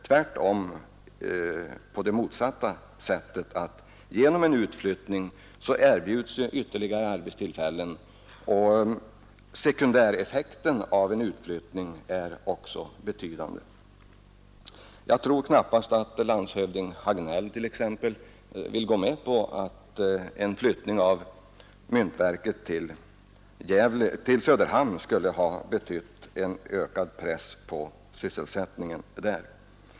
Tvärtom erbjuds genom en utflyttning ytterligare arbetstillfällen, och sekundäreffekten av en utflyttning är också betydande. Jag tror knappast attt.ex. landshövding Hagnell vill gå med på att en flyttning av myntverket till Söderhamn skulle betyda ökad press på sysselsättningen där.